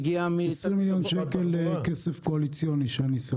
20 מיליון שקל כסף קואליציוני שאני שמתי.